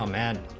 um and